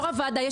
יו"ר הוועדה,